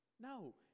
No